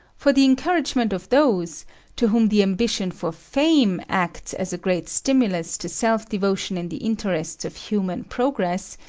for the encouragement of those to whom the ambition for fame acts as a great stimulus to self-devotion in the interests of human progress,